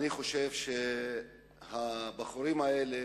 הבחורים האלה